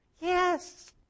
yes